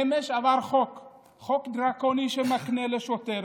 אמש עבר חוק דרקוני שמאפשר לשוטר